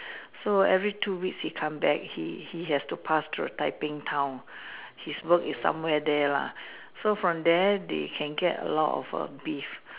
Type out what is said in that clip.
so every two weeks he come back he he has to pass through a typing town his work is somewhere there lah so from there they can get a lot of err beef